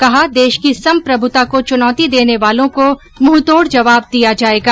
कहा देश की संप्रभुता को चुनौती देने वालों को मुंहतोड़ जवाब दिया जाएगा